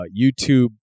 YouTube